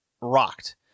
rocked